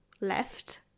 left